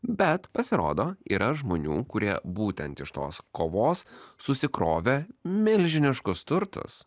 bet pasirodo yra žmonių kurie būtent iš tos kovos susikrovė milžiniškus turtus